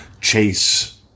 chase